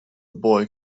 boy